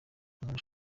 umuntu